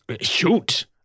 Shoot